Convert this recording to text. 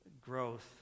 growth